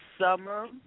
summer